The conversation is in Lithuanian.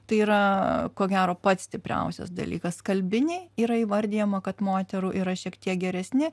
tai yra ko gero pats stipriausias dalykas kalbiniai yra įvardijama kad moterų yra šiek tiek geresni